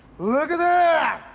look at that!